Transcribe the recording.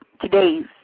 today's